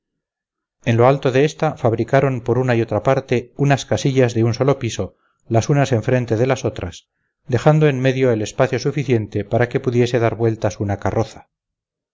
en lo alto de esta fabricaron por una y otra parte unas casillas de un solo piso las unas enfrente de las otras dejando en medio el espacio suficiente para que pudiese dar vueltas una carroza